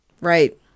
Right